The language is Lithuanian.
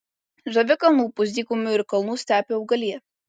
žavi kalnų pusdykumių ir kalnų stepių augalija